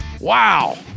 Wow